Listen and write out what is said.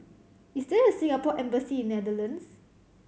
is there a Singapore Embassy in Netherlands